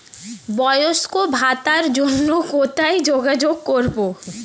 বয়স্ক ভাতার জন্য কোথায় যোগাযোগ করব?